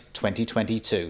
2022